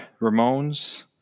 Ramones